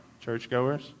churchgoers